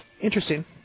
Interesting